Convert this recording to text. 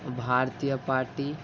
Bharatiya party